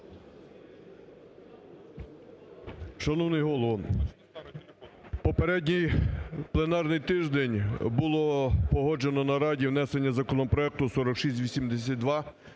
Шановний Голово, попередній пленарний тиждень було погоджено на Раді внесення законопроекту 4682